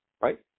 right